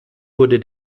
wurde